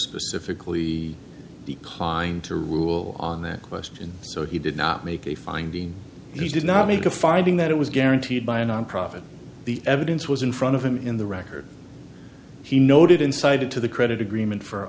specifically declined to rule on that question so he did not make a finding he did not make a finding that it was guaranteed by a nonprofit the evidence was in front of him in the record he noted insight into the credit agreement for